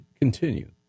continue